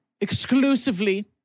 exclusively